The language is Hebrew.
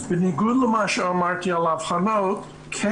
אז בניגוד למה שאמרתי על האבחנות כן